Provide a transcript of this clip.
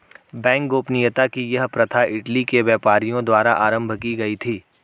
bank गोपनीयता की यह प्रथा इटली के व्यापारियों द्वारा आरम्भ की गयी थी